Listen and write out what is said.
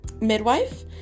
midwife